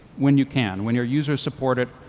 when you can. when your users support it,